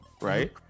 Right